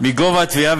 מגובה התביעה,